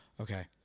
Okay